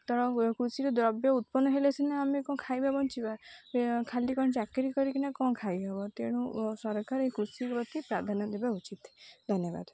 ତେଣୁ କୃଷିର ଦ୍ରବ୍ୟ ଉତ୍ପନ୍ନ ହେଲେ ସିନା ଆମେ କ'ଣ ଖାଇବା ବଞ୍ଚିବା ଖାଲି କ'ଣ ଚାକିରି କରିକିନା କ'ଣ ଖାଇ ହବ ତେଣୁ ସରକାର ଏ କୃଷି ପ୍ରତି ପ୍ରାଧାନ୍ୟ ଦେବା ଉଚିତ ଧନ୍ୟବାଦ